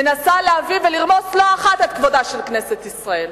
מנסה להביא ולרמוס לא אחת את כבודה של כנסת ישראל,